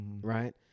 right